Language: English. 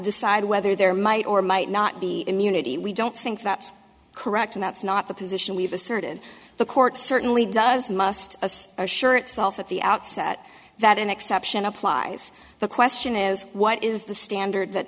decide whether there might or might not be immunity we don't think that's correct and that's not the position we've asserted the court certainly does must assure itself at the outset that an exception applies the question is what is the standard that